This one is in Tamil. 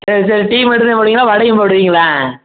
சரி சரி டீ மட்டும் தான் போடுவீங்களா வடையும் போடுவீங்களா